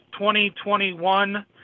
2021